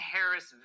Harris